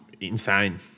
Insane